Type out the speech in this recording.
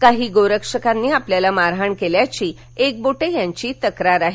काही गोरक्षकांनी आपल्याला मारहाण केल्याची एकबोटे याची तक्रार आहे